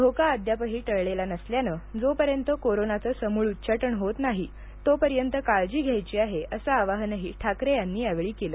धोका अद्यापही टळलेला नसल्यानं जोपर्यंत कोरोनाचं समूळ उच्चाटन होत नाही तोपर्यंत काळजी घ्यायची आहे असं आवाहनही ठाकरे यांनी यावेळी केलं